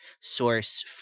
source